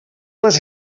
les